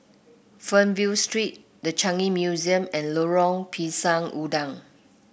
Fernvale Street The Changi Museum and Lorong Pisang Udang